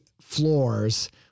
floors